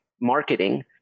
Marketing